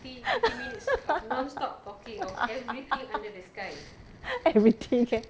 everything can